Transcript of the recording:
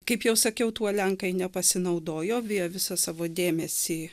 kaip jau sakiau tuo lenkai nepasinaudojo jie visą savo dėmesį